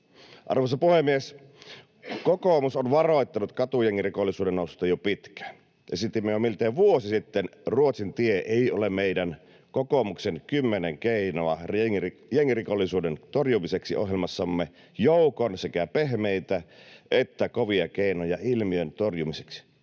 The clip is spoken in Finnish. Arvoisa puhemies! Kokoomus on varoittanut katujengirikollisuuden noususta jo pitkään. Esitimme jo miltei vuosi sitten ”Ruotsin tie ei ole meidän: Kokoomuksen 10 keinoa jengirikollisuuden torjumiseksi” ‑ohjelmassamme joukon sekä pehmeitä että kovia keinoja ilmiön torjumiseksi.